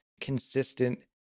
consistent